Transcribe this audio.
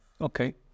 Okay